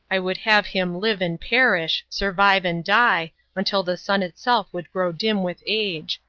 i would have him live and perish, survive and die, until the sun itself would grow dim with age.